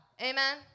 Amen